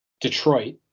Detroit